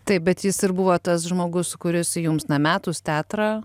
taip bet jis ir buvo tas žmogus kuris jums na metus teatrą